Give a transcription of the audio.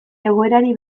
egoerari